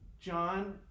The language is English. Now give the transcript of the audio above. John